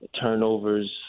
turnovers